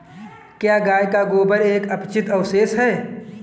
क्या गाय का गोबर एक अपचित अवशेष है?